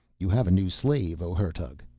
you have a new slave, oh hertug,